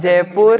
Jaipur